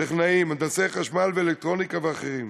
טכנאים, הנדסאי חשמל ואלקטרוניקה ואחרים,